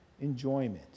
enjoyment